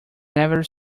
never